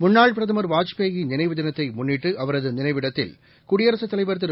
முன்னாள் பிரதமர் வாஜ்பாய் நினைவு தினத்தை முன்னிட்டு அவரது நினைவிடத்தில் குடியரசு தலைவர் திரு